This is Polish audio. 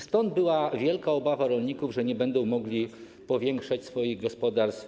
Stąd była wielka obawa rolników, że nie będą mogli powiększać i rozwijać swoich gospodarstw.